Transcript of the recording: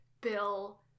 Bill